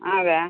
ആ അതെ